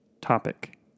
topic